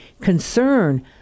concern